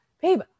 babe